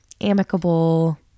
amicable